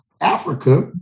Africa